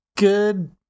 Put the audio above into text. Good